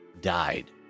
died